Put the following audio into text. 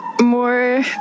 More